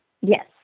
Yes